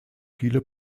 viele